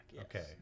okay